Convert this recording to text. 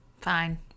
Fine